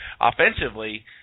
offensively